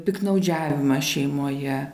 piktnaudžiavimas šeimoje